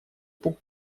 пук